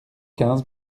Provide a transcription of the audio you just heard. quinze